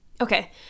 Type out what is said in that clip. okay